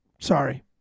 Sorry